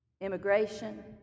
Immigration